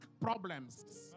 problems